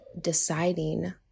deciding